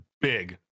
big